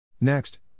Next